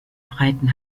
breiten